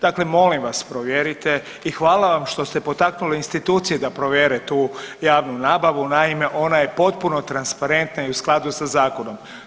Dakle, molim vas provjerite i hvala vam što ste potaknuli institucije da provjere tu javnu nabavu, naime ona je potpuno transparentna i u skladu sa zakonom.